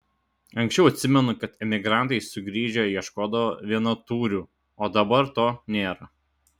anksčiau atsimenu kad emigrantai sugrįžę ieškodavo vienatūrių o dabar to nėra